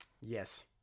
Yes